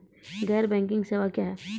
गैर बैंकिंग सेवा क्या हैं?